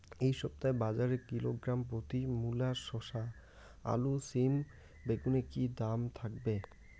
এই সপ্তাহে বাজারে কিলোগ্রাম প্রতি মূলা শসা আলু সিম বেগুনের কী দাম থাকবে?